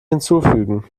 hinzufügen